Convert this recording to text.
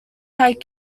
had